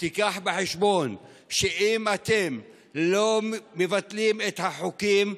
תביא בחשבון שאם אתם לא מבטלים את החוקים,